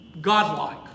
godlike